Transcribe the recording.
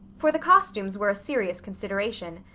for the costumes were a serious consideration.